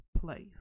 place